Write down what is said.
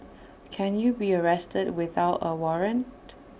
can you be arrested without A warrant